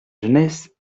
jeunesse